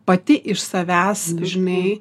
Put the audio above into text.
pati iš savęs žinai